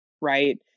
Right